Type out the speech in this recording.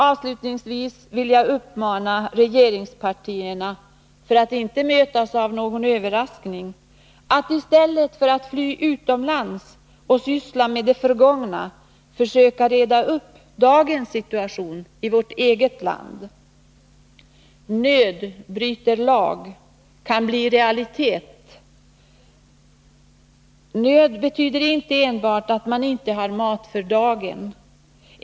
Avslutningsvis, fru talman, vill jag uppmana regeringspartierna, för att de inte skall mötas av någon överraskning, att i stället för att fly utomlands och syssla med det förgångna försöka reda upp dagens situation i vårt eget land. ”Nöd bryter lag” kan bli en realitet. Nöd betyder inte enbart att man inte har mat för dagen.